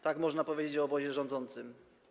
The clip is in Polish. Tak można powiedzieć o obozie rządzącym.